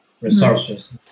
resources